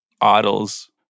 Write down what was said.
idols